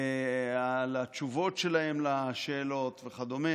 על התשובות שלהם על שאלות וכדומה